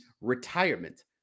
retirement